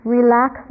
Relax